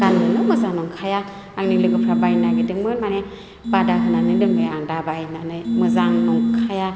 गाननोनो मोजां नंखाया आंनि लोगोफ्रा बायनो नागिरदोंमोन माने बादा होनानै दोनबाय आं दाबाय होननानै मोजां नंखाया